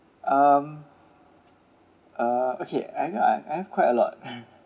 um uh okay I got a I have quite a lot